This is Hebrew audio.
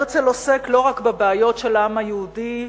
הרצל עוסק לא רק בבעיות של העם היהודי,